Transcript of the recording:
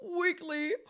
weekly